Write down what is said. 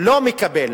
לא מקבל